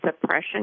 suppression